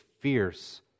fierce